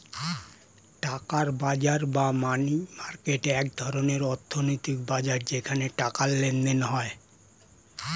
টাকার বাজার বা মানি মার্কেট এক ধরনের অর্থনৈতিক বাজার যেখানে টাকার লেনদেন হয়